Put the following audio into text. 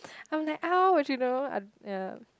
I'm like ouch you know I'm ya